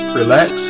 relax